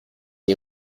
est